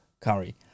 Curry